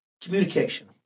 communication